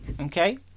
okay